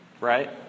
right